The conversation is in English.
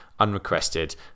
unrequested